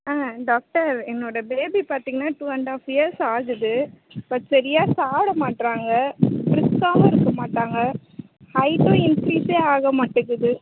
ஆ doctor என்னோடய baby பார்த்தீங்கன்னா two and half years ஆகுது பட் சரியாக சாப்பிட மாட்றாங்க பிரிஸ்க்காகவும் இருக்க மாட்டாங்க ஹைட்டும் இன்கிரீஸ்சே ஆக மாட்டிங்கிது